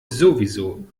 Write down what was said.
sowieso